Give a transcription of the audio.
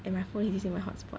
and my phone is using my hotspot